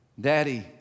Daddy